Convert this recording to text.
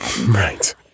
Right